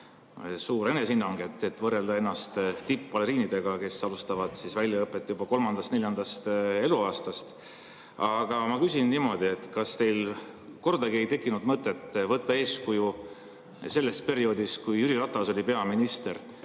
kõrge enesehinnang, kui võrrelda ennast tippbaleriinidega, kes alustavad väljaõpet juba kolmandast-neljandast eluaastast. Aga ma küsin niimoodi. Kas teil kordagi ei tekkinud mõtet võtta eeskuju sellest perioodist, kui Jüri Ratas oli peaminister?